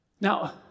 Now